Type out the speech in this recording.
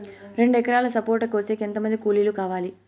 రెండు ఎకరాలు సపోట కోసేకి ఎంత మంది కూలీలు కావాలి?